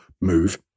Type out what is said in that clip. move